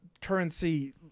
currency